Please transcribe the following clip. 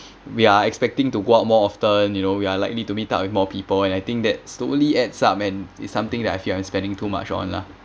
we are expecting to go out more often you know we are likely to meet up with more people and I think that slowly adds up and it's something that I feel I'm spending too much on lah